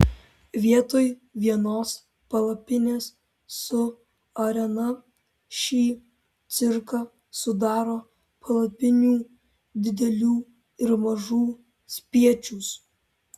vietoj vienos palapinės su arena šį cirką sudaro palapinių didelių ir mažų spiečius